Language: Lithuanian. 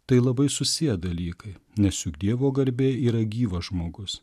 tai labai susiję dalykai nes juk dievo garbė yra gyvas žmogus